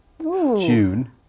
June